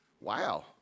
wow